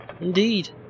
Indeed